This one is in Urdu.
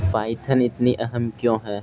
پائتھن اتنی اہم کیوں ہے